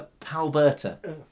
Palberta